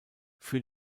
für